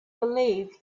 believe